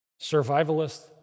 Survivalist